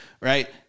right